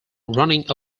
running